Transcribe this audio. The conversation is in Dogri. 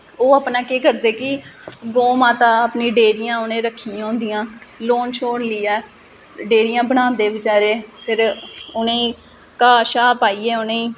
ओह् अपना केह् करदे कि गौऽ माता अपनी डेयरियां उ'नें रक्खी दियां होंदियां लोन शोन लेइयै डेयरियां बनांदे बचैरे फिर उ'नें ई घाह् शाह् पाइयै उ'नें ई